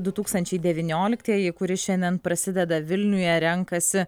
du tūkstančiai devynioliktieji kuri šiandien prasideda vilniuje renkasi